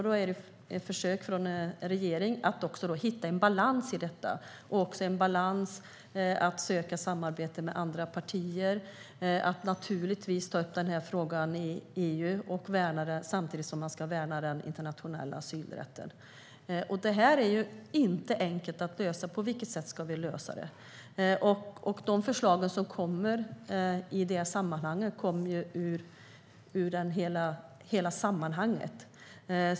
Då är det ett försök från regeringen att hitta en balans i detta. Det handlar om att söka samarbete med andra partier och naturligtvis om att ta upp frågan i EU och värna den samtidigt som man ska värna den internationella asylrätten. Det här är inte enkelt att lösa. På vilket sätt ska vi lösa det? De förslag som kommer i det sammanhanget kommer ur hela sammanhanget.